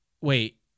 wait